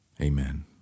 Amen